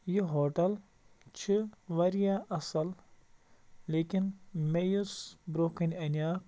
یہِ ہوٹَل چھِ واریاہ اَصٕل لیکِن مےٚ یُس برٛونٛہہ کَنہِ اَنیٛاکھ